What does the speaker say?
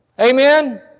Amen